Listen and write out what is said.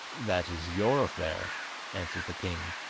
that is your affair answered the king,